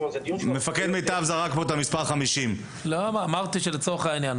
מפקד מיטב זרק פה את המספר 50. אמרתי שלצורך העניין.